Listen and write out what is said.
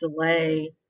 delay